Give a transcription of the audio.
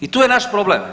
I tu je naš problem.